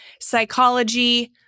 psychology